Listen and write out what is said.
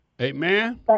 Amen